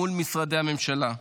מול משרדי הממשלה.